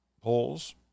polls